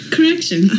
Correction